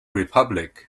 republic